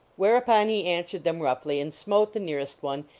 whereupon he answered them roughly, and smote the nearest one,